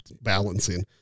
Balancing